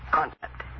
concept